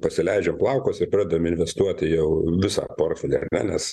pasileidžiam plaukus ir pradedam investuoti jau visą portfilį ar ne nes